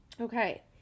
Okay